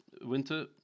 winter